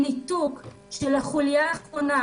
ניתוק של החוליה האחרונה,